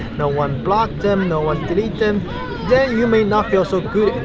no one blocked them, no one deleted them. then you may not feel so good